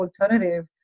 alternative